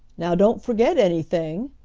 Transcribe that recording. now, don't forget anything,